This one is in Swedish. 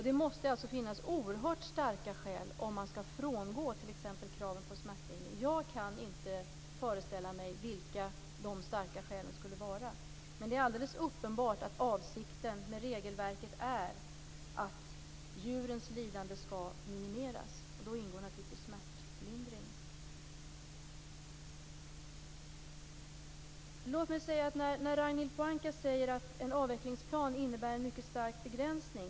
Det måste finnas oerhört starka skäl om man skall frångå t.ex. kraven på smärtlindring. Jag kan inte föreställa mig vilka de starka skälen skulle vara. Det är alldeles uppenbart att avsikten med regelverket är att djurens lidande skall minimeras - och då ingår naturligtvis smärtlindring. Ragnhild Pohanka säger att en avvecklingsplan innebär en mycket stark begränsning.